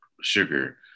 sugar